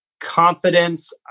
confidence